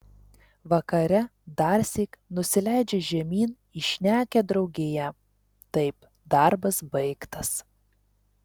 vakare darsyk nusileidžia žemyn į šnekią draugiją taip darbas baigtas